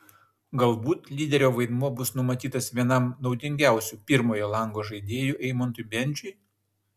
galbūt lyderio vaidmuo bus numatytas vienam naudingiausių pirmojo lango žaidėjų eimantui bendžiui